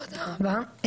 תודה רבה.